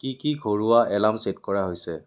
কি কি ঘৰুৱা এলাৰ্ম ছেট কৰা হৈছে